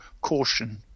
caution